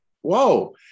Whoa